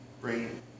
Bring